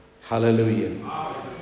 Hallelujah